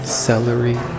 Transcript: celery